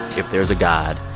if there's a god,